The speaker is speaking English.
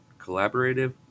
collaborative